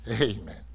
amen